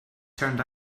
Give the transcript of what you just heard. turned